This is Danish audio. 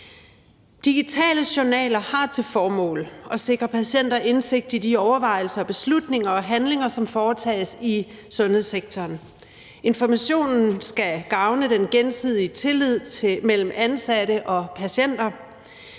Digitale journaler har til formål at sikre patienter indsigt i de overvejelser og beslutninger og handlinger, som foretages i sundhedssektoren. Informationen skal gavne den gensidige tillid mellem ansatte og patienter.